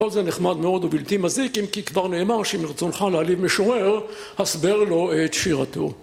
כל זה נחמד מאוד ובלתי מזיק אם כי כבר נאמר שאם רצונך להלהיב משורר הסבר לו את שירתו